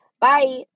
Bye